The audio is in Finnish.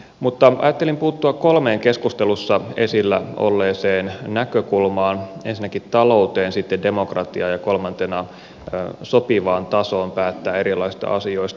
mutta ajattelin puuttua kolmeen keskustelussa esillä olleeseen näkökulmaan ensinnäkin ta louteen sitten demokratiaan ja kolmantena sopivaan tasoon päättää erilaisista asioista